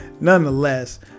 Nonetheless